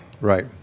Right